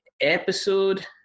episode